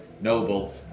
Noble